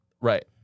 right